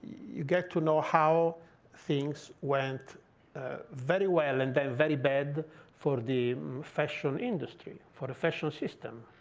you get to know how things went very well and then very bad for the fashion industry, for the fashion system.